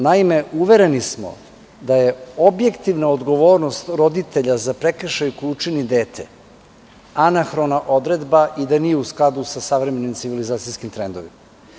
Naime, uvereni smo da je objektivna odgovornost roditelja za prekršaj koji učini dete, anahrona odredba i da nije u skladu sa savremenim civilizacijskim trendovima.